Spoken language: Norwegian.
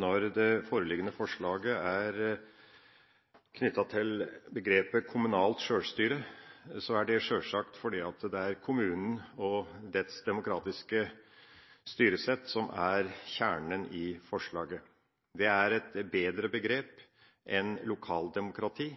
Når det foreliggende forslaget er knyttet til begrepet «kommunalt sjølstyre», er det sjølsagt fordi det er kommunen og dens demokratiske styresett som er kjernen i forslaget Det er et bedre begrep enn «lokaldemokrati». Lokaldemokrati